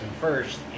first